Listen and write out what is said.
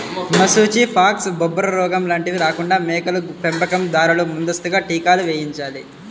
మశూచి, ఫాక్స్, బొబ్బరోగం లాంటివి రాకుండా మేకల పెంపకం దారులు ముందస్తుగా టీకాలు వేయించాలి